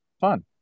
fun